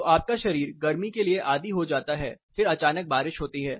तो आपका शरीर गर्मी के लिए आदी हो जाता है फिर अचानक बारिश होती है